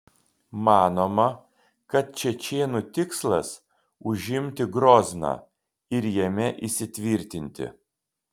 manoma kad čečėnų tikslas užimti grozną ir jame įsitvirtinti